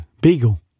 Beagle